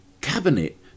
cabinet